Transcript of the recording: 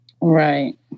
Right